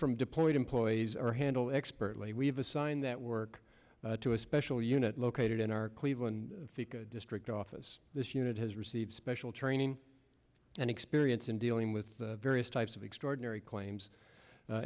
from deployed employees are handle expertly we've assigned that work to a special unit located in our cleveland district office this unit has received special training and experience in dealing with various types of extraordinary claims